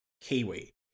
kiwi